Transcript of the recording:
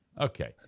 Okay